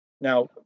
Now